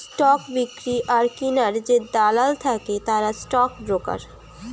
stock বিক্রি আর কিনার যে দালাল থাকে তারা স্টক ব্রোকার